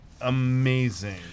amazing